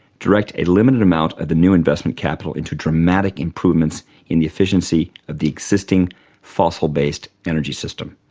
direct a limited amount of the new investment capital into dramatic improvements in the efficiency of the existing fossil based energy system.